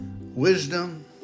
wisdom